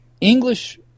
English